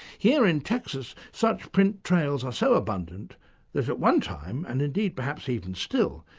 here in texas such print trails are so abundant that at one time, and indeed perhaps even still,